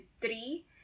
three